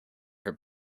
her